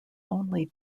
only